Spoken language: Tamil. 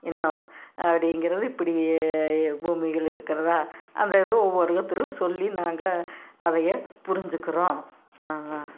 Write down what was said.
என்ன அப்படிங்கிறது இப்படி பூமிகள் இருக்கிறதா அந்த இதை ஒவ்வொருத்தரும் சொல்லி நாங்கள் அதை புரிஞ்சுக்குறோம்